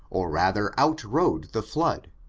or rather outrode the flood,